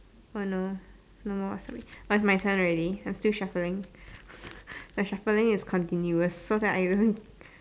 uh no no more wasabi I have my son already I'm still shuffling my shuffling is continuous so it's like I don't